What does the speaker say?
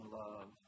love